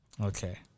Okay